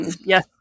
Yes